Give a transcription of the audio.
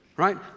Right